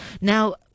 Now